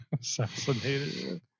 assassinated